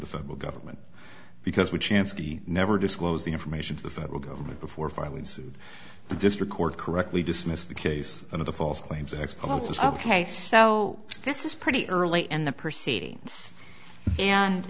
the federal government because with chance he never disclose the information to the federal government before filing suit the district court correctly dismissed the case of the false claims act ok so this is pretty early in the proceedings and